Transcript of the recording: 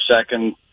second